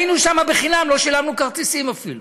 היינו שם בחינם, לא שילמנו כרטיסים אפילו.